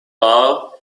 hour